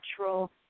natural